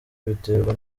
biterwa